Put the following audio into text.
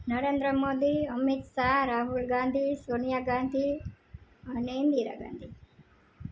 નરેન્દ્ર મોદી અમિત સાહ રાહુલ ગાંધી સોનિયા ગાંધી અને ઇન્દિરા ગાંધી